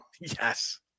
Yes